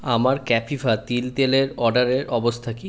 আমার ক্যাপিভা তিল তেল এর অর্ডারের অবস্থা কি